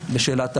לשאלת ההצדקה,